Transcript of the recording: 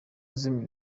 zimwe